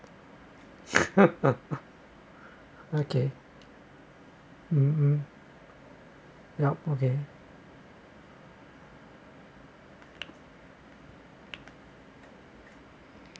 okay uh uh yup okay